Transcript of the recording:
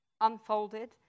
unfolded